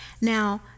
Now